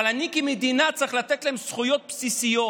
אבל אני כמדינה צריך לתת להם זכויות בסיסיות,